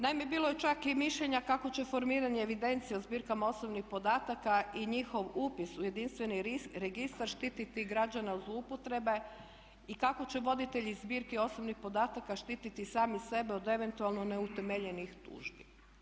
Naime, bilo je čak i mišljenja kako će formiranje evidencija zbirkama osobnih podataka i njihov upis u jedinstveni registar štititi građane od zloupotrebe i kako će voditelji zbirki osobnih podataka štititi sami sebe od eventualno neutemeljenih tužbi.